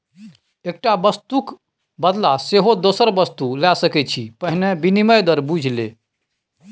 एकटा वस्तुक क बदला सेहो दोसर वस्तु लए सकैत छी पहिने विनिमय दर बुझि ले